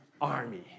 army